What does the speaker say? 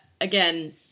again